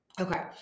okay